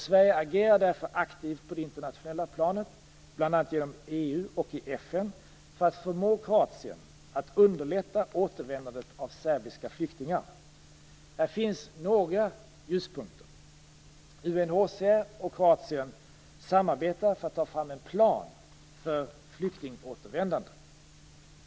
Sverige agerar därför aktivt på det internationella planet bl.a. genom EU och i FN för att förmå Kroatien att underlätta återvändandet av serbiska flyktingar. Här finns några ljuspunkter. UNHCR och Kroatien samarbetar för att ta fram en plan för flyktingåtervändandet.